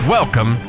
Welcome